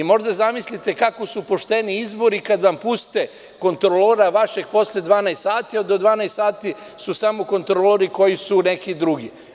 Možete da zamislite kako su pošteni izbori kada vam puste kontrolora vašeg posle 12 sati, a do 12 sati su samo kontrolori koji su neki drugi.